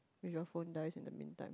if your phone dies in the mean time